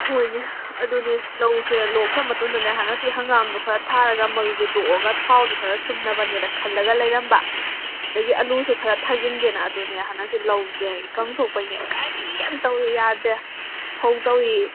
ꯍꯣꯏꯅꯦ ꯑꯗꯨꯗꯤ ꯂꯧꯁꯦ ꯂꯣꯛꯈ꯭ꯔ ꯃꯇꯨꯡꯗꯅꯦ ꯍꯟꯗꯛꯇꯤ ꯍꯪꯒꯥꯝꯗꯣ ꯈꯔ ꯊꯥꯔꯒ ꯃꯔꯨꯗꯣ ꯂꯣꯛꯑꯒ ꯊꯥꯎꯗꯣ ꯈꯔ ꯁꯨꯝꯅꯕꯅꯦꯅ ꯈꯜꯂꯒ ꯂꯩꯔꯝꯕ ꯑꯗꯩꯒꯤ ꯑꯂꯨꯁꯨ ꯈꯔ ꯊꯥꯖꯤꯟꯒꯦꯅ ꯑꯗꯨꯅꯦ ꯍꯟꯗꯛꯁꯨ ꯂꯧꯖꯦ ꯏꯀꯪ ꯊꯣꯛꯄꯒꯤꯅꯦ ꯀꯔꯤꯝ ꯇꯧꯏ ꯌꯥꯗꯦ ꯐꯧ ꯇꯧꯏ